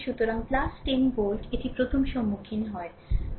সুতরাং 10 ভোল্ট এটি প্রথম সম্মুখীন হয়